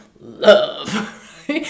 love